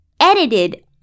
edited